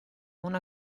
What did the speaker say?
una